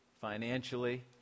financially